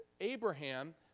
Abraham